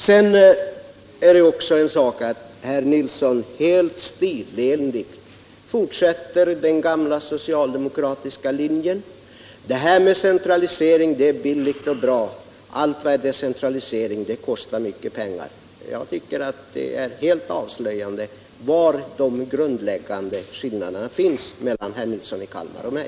Sedan är det en annan sak att herr Nilsson helt stilenligt fortsätter den gamla socialdemokratiska linjen — det här med centralisering är billigt och bra, allt som är decentralisering kostar mycket pengar. Jag tycker att det är helt avslöjande var de grundläggande skillnaderna finns mellan herr Nilsson i Kalmar och mig.